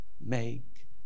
make